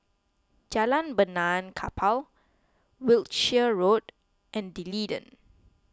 Jalan Benaan Kapal Wiltshire Road and D'Leedon